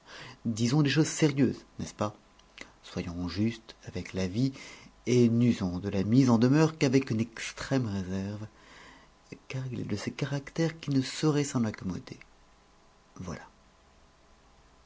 disons des choses sérieuses n'est-ce pas soyons justes avec la vie et n'usons de la mise en demeure qu'avec une extrême réserve car il est de ces caractères qui ne sauraient s'en accommoder voilà